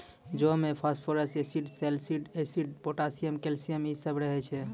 जौ मे phosphorus acid, salicylic acid, potassium, calcium इ सभ रहै छै